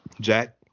Jack